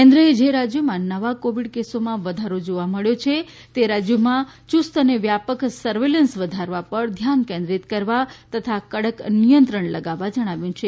કેન્દ્રએ જે રાજ્યોમાં નવા કોવિડ કેસોમાં વધારો જોવા મળ્યો છે તે રાજ્યોમાં યુસ્ત અને વ્યાપક સર્વેલન્સ વધારવા પર ધ્યાન કેન્દ્રીત કરવા તથા કડક નિયંત્રણ લગાવવા જણાવ્યું છે